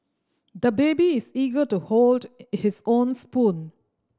the baby is eager to hold his own spoon